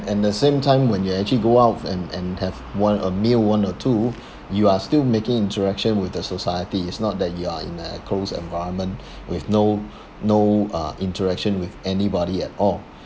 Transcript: at the same time when you actually go out and and have one a meal one or two you are still making interaction with the society is not that you are in a closed environment with no no uh interaction with anybody at all